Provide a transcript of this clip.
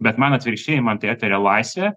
bet man atvirkščiai man tai eterio laisvė